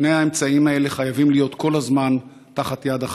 שני האמצעים האלה חייבים להיות כל זמן תחת יד אחת.